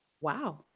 Wow